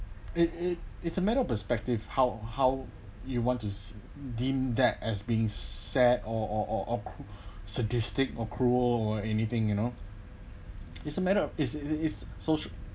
it it it's a matter of perspective how how you want to deem that as being sad or or or or sadistic or cruel or anything you know it's a matter of is is social